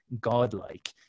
godlike